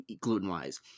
gluten-wise